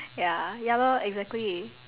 ya ya lor exactly